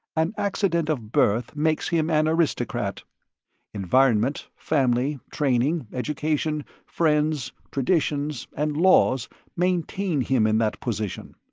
an accident of birth makes him an aristocrat environment, family, training, education, friends, traditions and laws maintain him in that position.